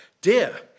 Dear